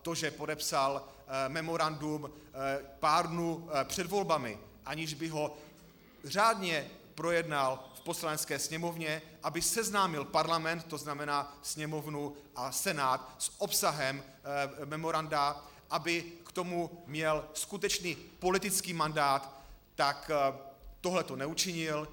To, že podepsal memorandum pár dnů před volbami, aniž by ho řádně projednal v Poslanecké sněmovně, aby seznámil Parlament, to znamená Sněmovnu a Senát, s obsahem memoranda, aby k tomu měl skutečný politický mandát, tohle neučinil.